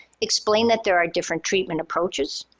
explain that there are different treatment approaches.